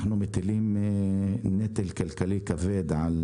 אנחנו מטילים נטל כלכלי כבד על